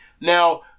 Now